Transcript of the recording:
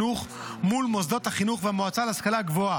מול מוסדות החינוך והמועצה להשכלה גבוהה,